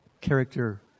character